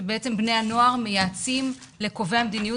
שבעצם בני הנוער מייעצים לקובעי המדיניות